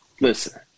Listen